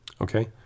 Okay